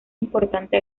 importante